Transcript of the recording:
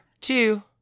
two